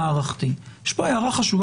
אני מניחה שגם בתי המשפט...